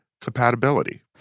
compatibility